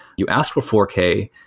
you asked for four k,